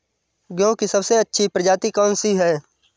गेहूँ की सबसे अच्छी प्रजाति कौन सी है?